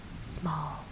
Small